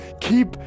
Keep